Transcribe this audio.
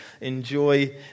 enjoy